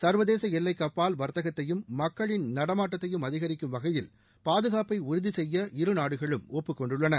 சர்வதேச எல்லைக்கு அப்பால் வர்த்தகத்தையும் மக்களின் நடமாட்டத்தையும் அதிகரிக்கும் வகையில் பாதுகாப்பை உறுதி செய்ய இரு நாடுகளும் ஒப்புக்கொண்டுள்ளன